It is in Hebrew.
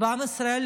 ועם ישראל,